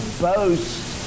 boast